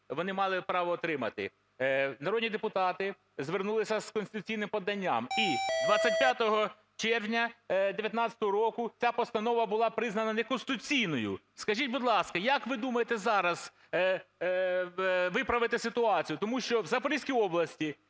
вони мали право отримати. Народні депутати звернулися з конституційним поданням, і 25 червня 19-го року ця постанова була признана неконституційною. Скажіть, будь ласка, як ви думаєте зараз виправити ситуацію? Тому що в Запорізькій області